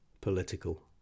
political